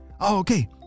Okay